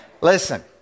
Listen